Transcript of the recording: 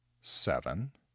seven